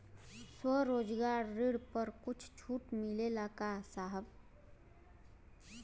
स्वरोजगार ऋण पर कुछ छूट मिलेला का साहब?